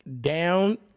down